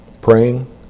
praying